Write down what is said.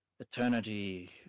Eternity